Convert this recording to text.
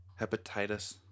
Hepatitis